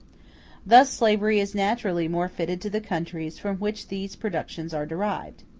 thus slavery is naturally more fitted to the countries from which these productions are derived.